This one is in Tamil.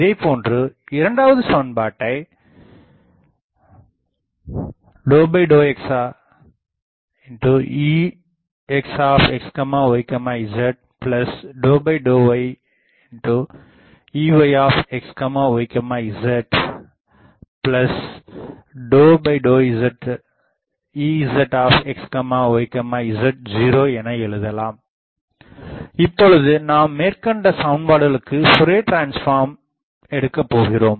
இதேபோன்று இரண்டாவது சமன்பாட்டை ƏƏxExxyzƏƏyEyxyzƏƏzEzxyz0 என எழுதலாம் இப்பொழுது நாம் மேற்கண்ட சமன்பாடுகளுக்கு ஃபோரியர் டிரான்ஸ்ஃபார்ம் எடுக்கபோகிறோம்